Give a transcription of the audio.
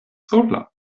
sola